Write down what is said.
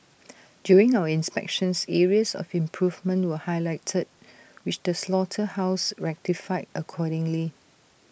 during our inspections areas of improvement were highlighted which the slaughterhouse rectified accordingly